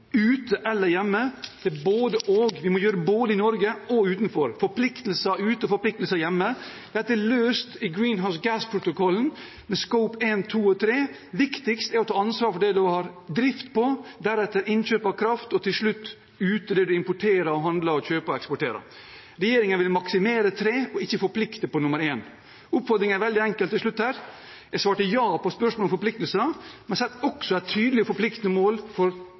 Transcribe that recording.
ute eller hjemme. Det er både/og. Vi må gjøre det både i Norge og utenfor – forpliktelser ute og forpliktelser hjemme. Dette er løst i Greenhouse Gas-protokollen med Scope 1, 2 og 3. Viktigst er det å ta ansvar for det en har drift på, deretter innkjøp av kraft og til slutt utrydde, importere, handle, kjøpe og eksportere. Regjeringen vil maksimere nummer tre og ikke forplikte når det gjelder nummer én. Oppfordringen er veldig enkel til slutt: Jeg svarte ja på spørsmålet om forpliktelser, men setter også et tydelig forpliktende mål for